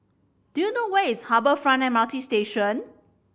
do you know where is Harbour Front M R T Station